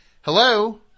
Hello